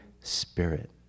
spirit